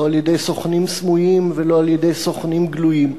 לא על-ידי סוכנים סמויים ולא על-ידי סוכנים גלויים,